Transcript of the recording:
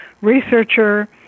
researcher